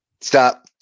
Stop